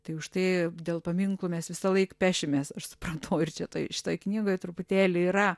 tai už tai dėl paminklų mes visąlaik pešimės aš suprantu ir čia toj šitoj knygoj truputėlį yra